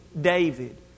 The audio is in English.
David